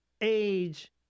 age